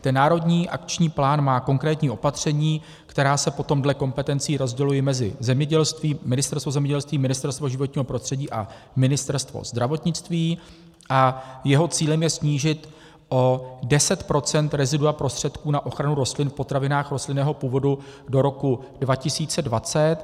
Ten Národní akční plán má konkrétní opatření, která se potom dle kompetencí rozdělují mezi Ministerstvo zemědělství, Ministerstvo životního prostředí a Ministerstvo zdravotnictví, a jeho cílem je snížit o deset procent rezidua prostředků na ochranu rostlin v potravinách rostlinného původu do roku 2020.